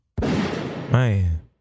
Man